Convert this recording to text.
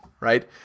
right